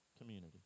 Community